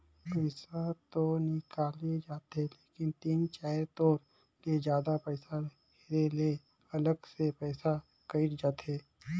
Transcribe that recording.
पइसा तो निकल जाथे लेकिन तीन चाएर तोर ले जादा पइसा हेरे ले अलग से पइसा कइट जाथे